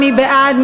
מי בעד?